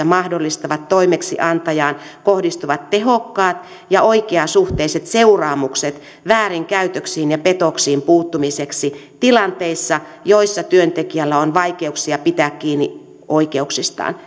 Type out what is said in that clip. mahdollistavat toimeksiantajaan kohdistuvat tehokkaat ja oikeasuhteiset seuraamukset väärinkäytöksiin ja petoksiin puuttumiseksi tilanteissa joissa työntekijöillä on vaikeuksia pitää kiinni oikeuksistaan